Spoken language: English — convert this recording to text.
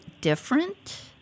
different